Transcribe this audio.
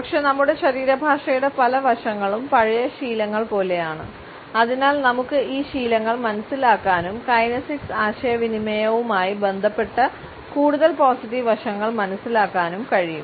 പക്ഷേ നമ്മുടെ ശരീരഭാഷയുടെ പല വശങ്ങളും പഴയ ശീലങ്ങൾ പോലെയാണ് അതിനാൽ നമുക്ക് ഈ ശീലങ്ങൾ മനസിലാക്കാനും കൈനെസിക്സ് ആശയവിനിമയവുമായി ബന്ധപ്പെട്ട കൂടുതൽ പോസിറ്റീവ് വശങ്ങൾ മനസിലാക്കാനും കഴിയും